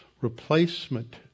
replacement